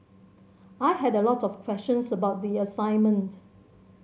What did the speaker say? I had a lot of questions about the assignment